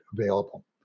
available